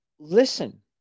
listen